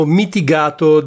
mitigato